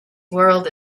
world